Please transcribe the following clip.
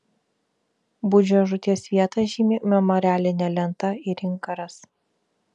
budžio žūties vietą žymi memorialinė lenta ir inkaras